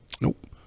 Nope